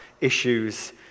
issues